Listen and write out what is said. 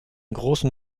großen